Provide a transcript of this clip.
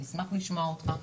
אני אשמח לשמוע אותך.